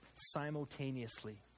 simultaneously